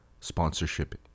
sponsorship